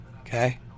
Okay